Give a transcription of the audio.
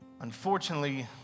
Unfortunately